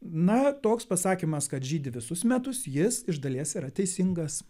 na toks pasakymas kad žydi visus metus jis iš dalies yra teisingas